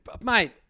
mate